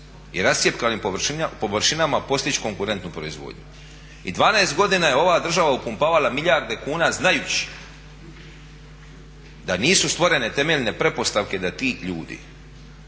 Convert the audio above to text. i rascjepkanim površinama postići konkurentnu proizvodnju. I 12 godina je ova država upumpavala milijarde kuna znajući da nisu stvorene temeljne pretpostavke …/Govornik